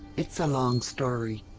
it's a long story.